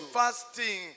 fasting